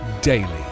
daily